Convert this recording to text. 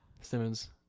Simmons